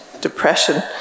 depression